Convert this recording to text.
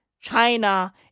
China